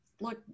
look